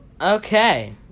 Okay